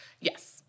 Yes